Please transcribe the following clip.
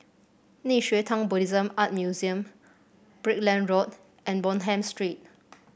Nei Xue Tang Buddhist Art Museum Brickland Road and Bonham Street